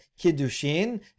kiddushin